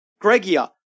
Gregia